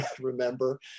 remember